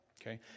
Okay